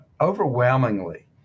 overwhelmingly